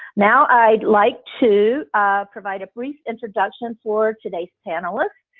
now, i'd like to provide a brief introduction for today's panelist.